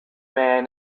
man